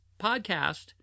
podcast